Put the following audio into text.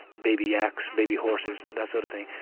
baby yaks, baby horses, that sort of thing.